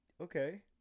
Okay